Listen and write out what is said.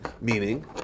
Meaning